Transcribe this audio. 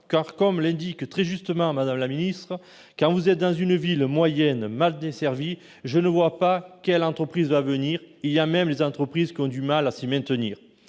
car, comme l'indique très justement Mme la ministre, « quand vous êtes dans une ville moyenne mal desservie, je ne vois pas quelle entreprise va venir, il y a même des entreprises qui ont du mal à s'y maintenir